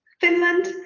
finland